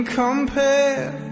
compare